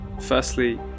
firstly